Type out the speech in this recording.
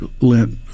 lint